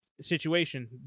situation